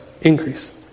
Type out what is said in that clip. Increase